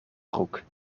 broek